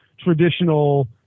traditional